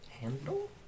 handle